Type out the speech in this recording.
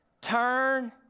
turn